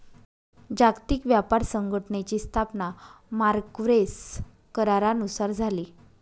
जागतिक व्यापार संघटनेची स्थापना मार्क्वेस करारानुसार झाली